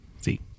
see